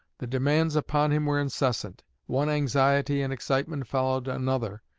the demands upon him were incessant one anxiety and excitement followed another,